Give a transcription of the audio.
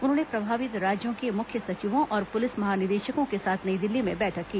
उन्होंने प्रभावित राज्यों के मुख्य सचियों और पुलिस महानिदेशकों के साथ नई दिल्ली में बैठक की